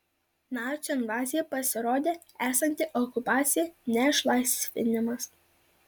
nacių invazija pasirodė esanti okupacija ne išlaisvinimas